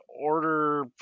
order